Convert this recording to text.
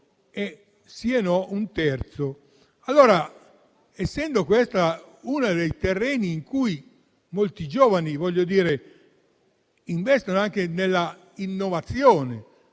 Essendo questo uno dei terreni in cui molti giovani investono - investono nella innovazione,